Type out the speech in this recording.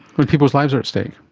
when people's lives are at stake?